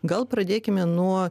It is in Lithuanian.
gal pradėkime nuo